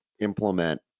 implement